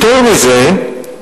יותר מזה,